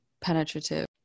penetrative